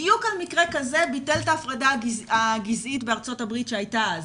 בדיוק על מקרה כזה ביטל את ההפרדה הגזעית בארצות הברית שהייתה אז,